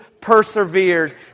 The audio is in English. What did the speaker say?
persevered